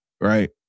right